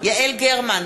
יעל גרמן,